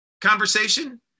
conversation